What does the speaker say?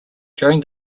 during